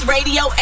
Radio